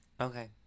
Okay